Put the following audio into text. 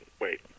wait